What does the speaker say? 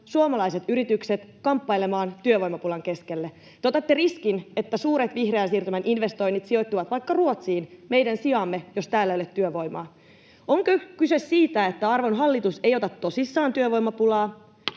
suomalaiset yritykset kamppailemaan työvoimapulan keskelle. Te otatte riskin, että suuret vihreän siirtymän investoinnit sijoittuvat vaikka Ruotsiin meidän sijaamme, jos täällä ei ole työvoimaa. Onko kyse siitä, että arvon hallitus ei ota tosissaan työvoimapulaa,